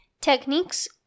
techniques